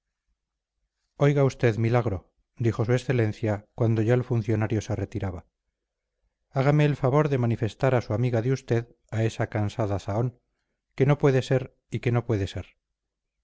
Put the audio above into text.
oiga usted milagro dijo su excelencia cuando ya el funcionario se retiraba hágame el favor de manifestar a su amiga de usted a esa cansada zahón que no puede ser y que no puede ser